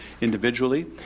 individually